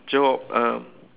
job um